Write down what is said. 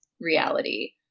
reality